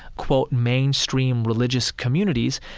quote, mainstream religious communities,